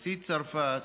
נשיא צרפת